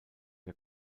der